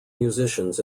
musicians